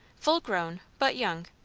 full grown, but young.